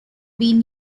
been